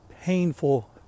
painful